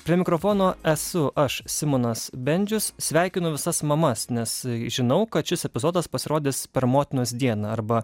prie mikrofono esu aš simonas bendžius sveikinu visas mamas nes žinau kad šis epizodas pasirodys per motinos dieną arba